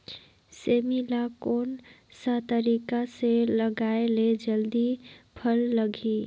सेमी ला कोन सा तरीका से लगाय ले जल्दी फल लगही?